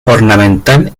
ornamental